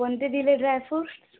कोणते दिले ड्रायफ्रुटस